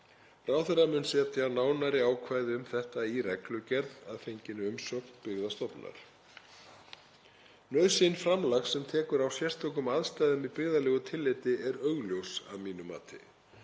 Ráðherra mun setja nánari ákvæði um þetta í reglugerð að fenginni umsögn Byggðastofnunar. Nauðsyn framlags sem tekur á sérstökum aðstæðum í byggðalegu tilliti er augljós að mínu mati.